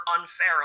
unfair